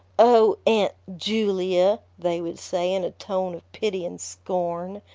o aunt ju lia! they would say in a tone of pity and scorn,